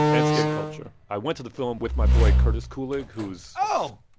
and skate culture. i went to the film with my boy, curtis kulig, who's. oh,